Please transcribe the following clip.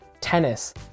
tennis